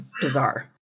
bizarre